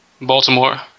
Baltimore